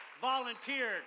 volunteered